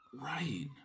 right